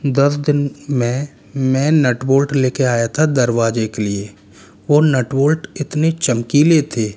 दस दिन में मैं नट बोल्ट लेके आया था दरवाजे के लिए वो नट बोल्ट इतने चमकीले थे